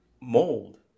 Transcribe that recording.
mold